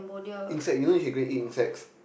insect you know you can go and eat insects